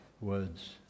words